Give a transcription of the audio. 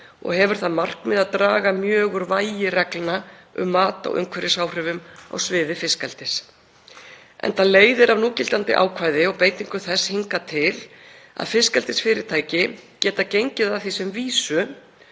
og hefur það markmið að draga mjög úr vægi reglna um mat á umhverfisáhrifum á sviði fiskeldis, enda leiðir af núgildandi ákvæði og beitingu þess hingað til að fiskeldisfyrirtæki geta gengið að því sem vísu